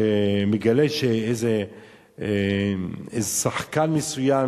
מגלה שאיזה שחקן מסוים,